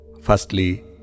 Firstly